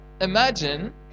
imagine